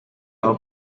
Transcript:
aho